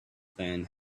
than